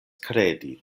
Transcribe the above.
kredi